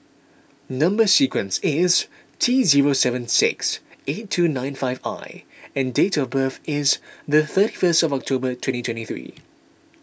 Number Sequence is T zero seven six eight two nine five I and date of birth is the thirty first of October twenty twenty three